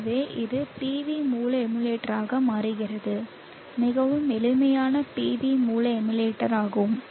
எனவே இது PV மூல எமுலேட்டராக மாறுகிறது மிகவும் எளிமையான PV மூல எமுலேட்டராகும்